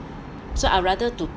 so I rather to